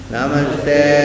Namaste